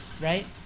right